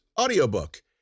audiobook